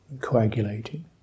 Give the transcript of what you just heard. coagulating